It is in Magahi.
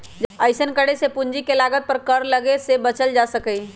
अइसन्न करे से पूंजी के लागत पर कर लग्गे से बच्चल जा सकइय